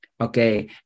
Okay